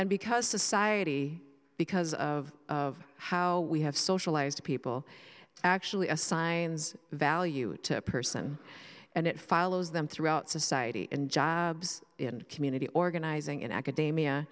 and because society because of how we have socialized people actually assigns value to a person and it follows them throughout society in jobs in community organizing in academia